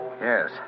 Yes